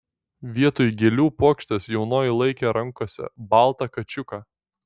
vietoj gėlių puokštės jaunoji laikė rankose baltą kačiuką